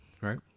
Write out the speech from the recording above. Right